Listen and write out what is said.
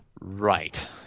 right